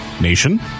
nation